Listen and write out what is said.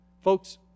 folks